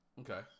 Okay